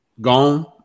gone